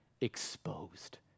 exposed